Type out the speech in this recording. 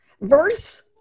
verse